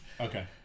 Okay